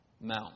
Mount